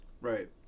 Right